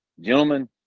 gentlemen